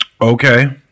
okay